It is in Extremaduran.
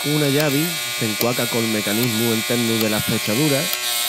Una llavi s'enquaca col mecanismu enternu dela fechadura